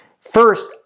First